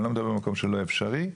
אני לא מדבר במקום שלא אפשרי.